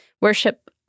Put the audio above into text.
worship